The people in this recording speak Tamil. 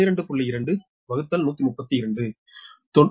2132 9